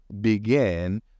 begin